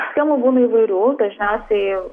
schemų būna įvairių dažniausiai